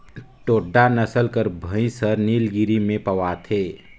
टोडा नसल कर भंइस हर नीलगिरी में पवाथे